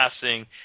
passing